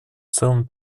целом